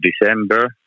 December